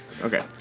Okay